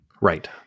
right